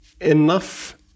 enough